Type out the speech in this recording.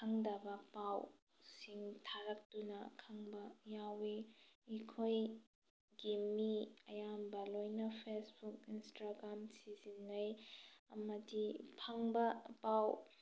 ꯈꯪꯗꯕ ꯄꯥꯎꯁꯤꯡ ꯊꯥꯔꯛꯇꯨꯅ ꯈꯪꯕ ꯌꯥꯎꯏ ꯑꯩꯈꯣꯏꯀꯤ ꯃꯤ ꯑꯌꯥꯝꯕ ꯂꯣꯏꯅ ꯐꯦꯁꯕꯨꯛ ꯏꯟꯁꯇ꯭ꯔꯥꯒ꯭ꯔꯥꯝ ꯁꯤꯖꯤꯟꯅꯩ ꯑꯃꯗꯤ ꯐꯪꯕ ꯄꯥꯎ